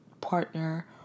partner